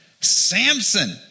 Samson